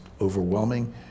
overwhelming